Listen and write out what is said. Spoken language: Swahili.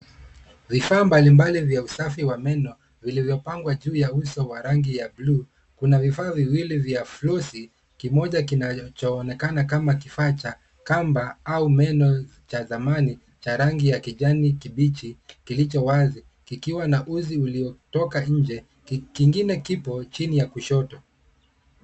Vifaa mbalimbali vya usafi wa meno, vilivyopangwa juu ya uso wa rangi ya buluu. Kuna vifaa viwili vya fulusi kimoja kinachoonekana kama kifaa cha kamba au meno cha zamani cha rangi ya kijani kibichi kilicho wazi kikiwa na uzi uliotoka nje. Kingine kipo chini ya kushoto.